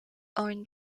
owned